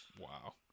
wow